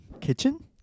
kitchen